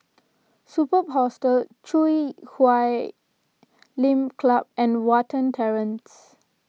Superb Hostel Chui Huay Lim Club and Watten Terrace